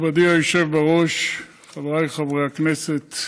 מכובדי היושב בראש, חבריי חברי הכנסת,